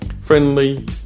Friendly